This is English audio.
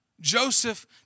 Joseph